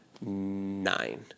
nine